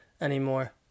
anymore